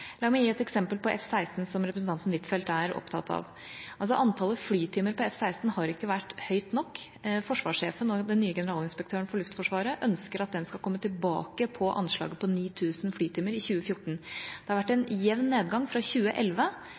La meg gi et eksempel på F-16, som representanten Huitfeldt er opptatt av. Antallet flytimer på F-16 har ikke vært høyt nok. Forsvarssjefen og den nye generalinspektøren for Luftforsvaret ønsker at man i 2014 skal komme tilbake til anslaget på 9 000 flytimer. Det har vært en jevn nedgang: fra 2011